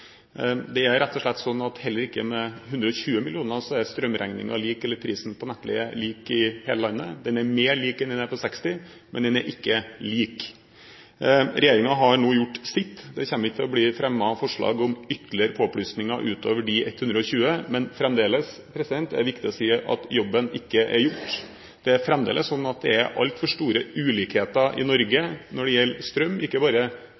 Det er rett og slett sånn at heller ikke med 120 mill. kr er prisen på nettleie lik i hele landet. Den er mer lik enn den er med 60 mill. kr, men den er ikke lik. Regjeringen har nå gjort sitt. Det kommer ikke til å bli fremmet forslag om ytterligere påplussinger utover de 120 mill. kr, men fremdeles er det viktig å si at jobben ikke er gjort. Det er fremdeles sånn at det er altfor store ulikheter i Norge når det gjelder strøm – ikke bare